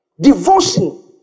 Devotion